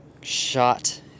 shot